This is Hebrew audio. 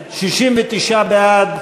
ובכן, ובכן, 69 בעד,